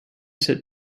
sit